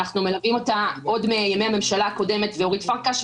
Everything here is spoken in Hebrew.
אנחנו מלווים אותה עוד מימי הממשלה הקודמת ואורית פרקש,